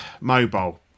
mobile